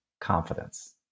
confidence